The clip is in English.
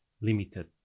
limited